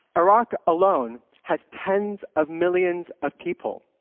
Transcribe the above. iraq alone has tens of millions of people,